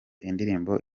indirimbo